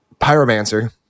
Pyromancer